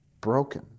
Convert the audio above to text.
broken